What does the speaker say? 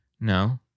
No